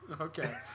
Okay